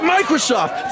Microsoft